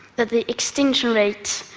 that the extinction rate